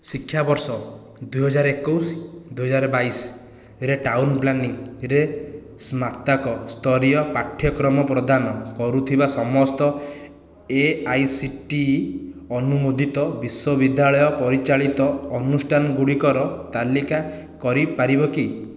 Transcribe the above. ଶିକ୍ଷାବର୍ଷ ଦୁଇହଜାର ଏକୋଇଶ ଦୁଇହଜାର ବାଇଶରେ ଟାଉନ୍ ପ୍ଲାନିଂରେ ସ୍ନାତକ ସ୍ତରୀୟ ପାଠ୍ୟକ୍ରମ ପ୍ରଦାନ କରୁଥିବା ସମସ୍ତ A I C T E ଅନୁମୋଦିତ ବିଶ୍ୱବିଦ୍ୟାଳୟ ପରିଚାଳିତ ଅନୁଷ୍ଠାନ ଗୁଡ଼ିକର ତାଲିକା କରିପାରିବ କି